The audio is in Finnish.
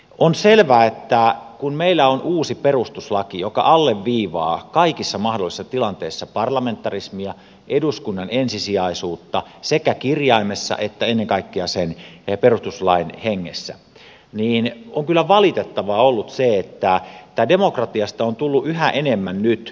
on selvää että kun meillä on uusi perustuslaki joka alleviivaa kaikissa mahdollisissa tilanteissa parlamentarismia eduskunnan ensisijaisuutta sekä kirjaimessa että ennen kaikkea perustuslain hengessä on kyllä valitettavaa ollut se että demokratiasta on tullut nyt yhä enemmän hallitusvetoista